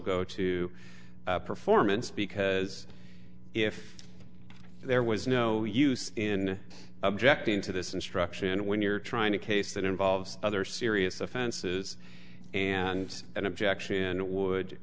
go to performance because if there was no use in objecting to this instruction when you're trying to case that involves other serious offenses and an objection it would